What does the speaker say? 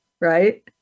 right